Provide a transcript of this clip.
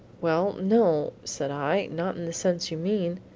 well, no, said i, not in the sense you mean.